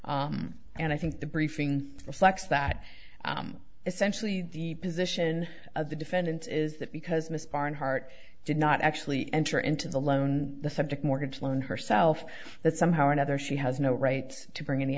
simple and i think the briefing reflects that essentially the position of the defendant is that because miss barnhart did not actually enter into the loan the subject mortgage loan herself that somehow or another she has no right to bring any